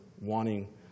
wanting